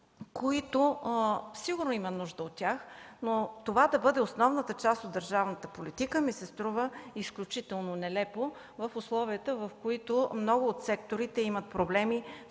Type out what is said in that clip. които сигурно има нужда, но това да бъде основната част от държавната политика ми се струва изключително нелепо в условията, в които много от секторите имат проблеми